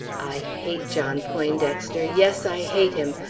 i hate john poindexter, yes, i hate him,